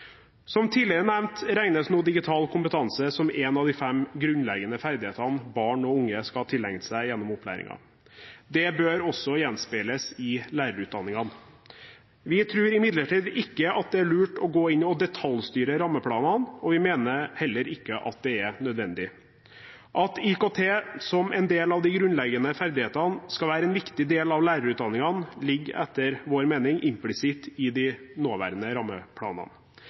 Som tidligere nevnt regnes nå digital kompetanse som en av de fem grunnleggende ferdighetene barn og unge skal tilegne seg gjennom opplæringen. Det bør også gjenspeiles i lærerutdanningene. Vi tror imidlertid ikke at det er lurt å gå inn og detaljstyre rammeplanene, og vi mener at det heller ikke er nødvendig. At IKT, som en del av de grunnleggende ferdighetene, skal være en viktig del av lærerutdanningene, ligger etter vår mening implisitt i de nåværende rammeplanene.